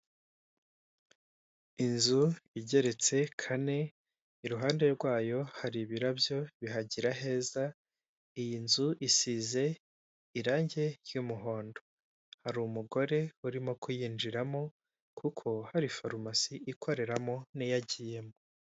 Inzu igeretse kane iruhande rwayo hari ibirabyo bihagira heza, iyi nzu isize irange ry'umuhondo hari umugore urimo kuyinjiramo kuko hari farumasi ikoreramo n'iyo agiyemo.